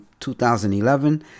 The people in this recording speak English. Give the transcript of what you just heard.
2011